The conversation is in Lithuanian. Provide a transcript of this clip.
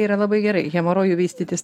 yra labai gerai hemorojų vystytis